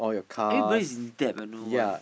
everybody is in debt ah I don't know why